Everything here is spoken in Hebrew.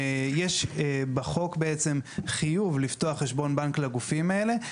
יש בחוק בעצם חיוב לפתוח חשבון בנק לגופים האלה,